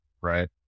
right